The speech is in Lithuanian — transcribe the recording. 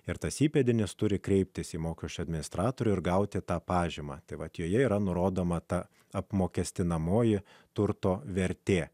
ir tas įpėdinis turi kreiptis į mokesčių administratorių ir gauti tą pažymą tai vat joje yra nurodoma ta apmokestinamoji turto vertė